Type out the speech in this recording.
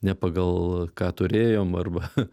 ne pagal ką turėjom arba